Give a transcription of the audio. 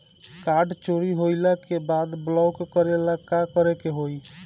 Card चोरी होइला के बाद ब्लॉक करेला का करे के होई?